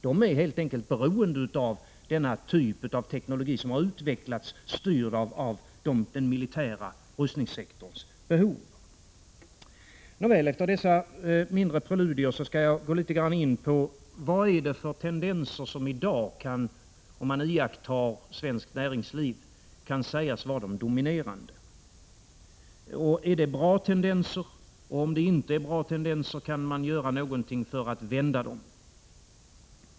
De är helt enkelt beroende av denna typ av teknologi, som har utvecklats styrd av den militära rustningssektorns behov. Nåväl, efter dessa mindre preludier skall jag gå in litet grand på vad det är för tendenser som, om man iakttar svenskt näringsliv i dag, kan sägas vara de dominerande. Är det bra tendenser, och — om det inte är bra tendenser — kan man göra någonting för att vända dem?